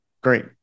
Great